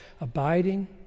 abiding